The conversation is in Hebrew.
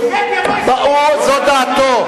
זו דעתו.